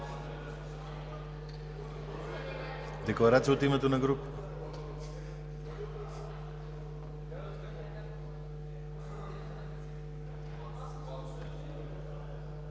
Декларация от името на група.